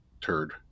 turd